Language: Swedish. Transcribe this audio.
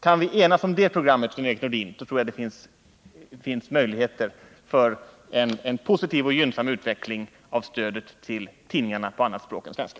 Kan vi enas om det programmet, Sven-Erik Nordin, finns det möjligheter för en positiv och gynnsam utveckling av stödet till tidningarna på andra språk än svenska.